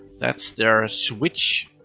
that's their switch